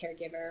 caregiver